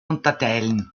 unterteilen